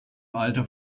alter